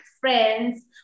friends